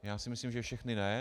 Já si myslím, že všechny ne.